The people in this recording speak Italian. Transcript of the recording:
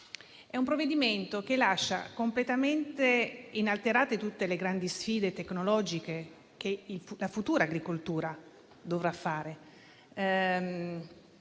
futuro, ma lascia completamente inalterate tutte le grandi sfide tecnologiche che la futura agricoltura dovrà